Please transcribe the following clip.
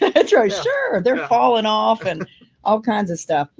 that's right. sure! they're falling off and all kinds of stuff.